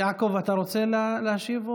יעקב, אתה רוצה להשיב?